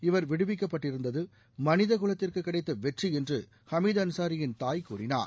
இவர் விடுவிக்கப்பட்டிருந்தது மனித குலத்திற்கு கிடைத்த வெற்றி என்று ஹமிது ஹன்சாரியின் தாய் கூறினார்